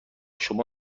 شما